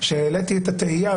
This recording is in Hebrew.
שהעליתי את התהייה,